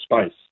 space